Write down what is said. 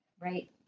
right